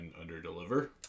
under-deliver